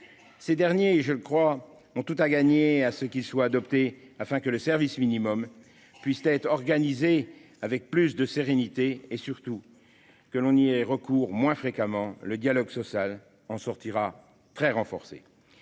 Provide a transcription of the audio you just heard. Ces derniers ont tout à gagner à ce qu'il soit adopté, afin que le service minimum soit organisé avec plus de sérénité et, surtout, que l'on y recoure moins fréquemment. Le dialogue social en sortira très renforcé.